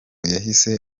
yahise